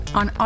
on